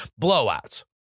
blowouts